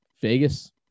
Vegas